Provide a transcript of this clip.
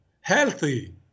healthy